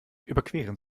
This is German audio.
überqueren